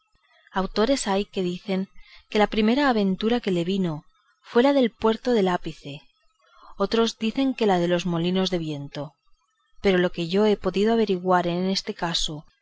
autores hay que dicen que la primera aventura que le avino fue la del puerto lápice otros dicen que la de los molinos de viento pero lo que yo he podido averiguar en este caso